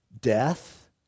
death